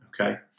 okay